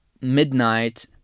midnight